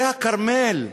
זה הכרמל.